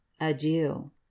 Adieu